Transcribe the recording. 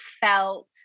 felt